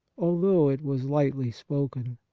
although it was lightly spoken.